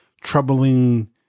troubling